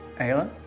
Ayla